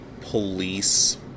police